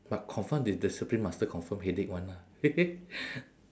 but confirm the discipline master confirm headache [one] ah